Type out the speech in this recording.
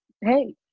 Hey